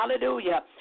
Hallelujah